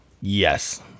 Yes